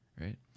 right